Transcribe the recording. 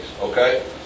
Okay